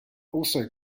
also